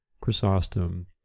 Chrysostom